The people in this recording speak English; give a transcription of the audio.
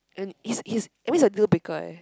and he's he's I mean he's a little bigger eh